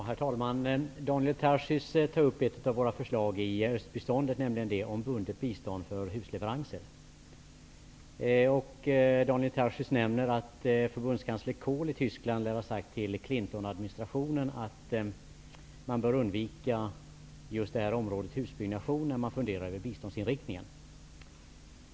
Herr talman! Daniel Tarschys tar upp ett av våra förslag i östbiståndet, nämligen om bundet bistånd för husleveranser. Daniel Tarschys nämner att förbundskansler Kohl i Tyskland lär ha sagt till Clintonadministrationen att man bör undvika området husbyggnation när man funderar över biståndsinriktningen.